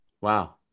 Wow